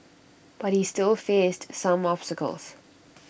but he still faced some obstacles